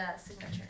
signature